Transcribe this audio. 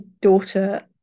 daughter